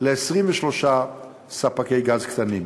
ל-23 ספקי גז קטנים.